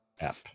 app